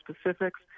specifics